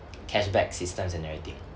cashback systems and everything